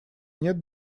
нет